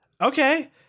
okay